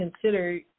consider